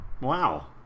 Wow